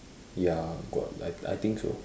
ya got like I think so